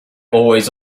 always